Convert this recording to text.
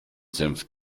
senf